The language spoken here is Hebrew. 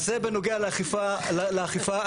אז זה בנוגע לאכיפה הכללית.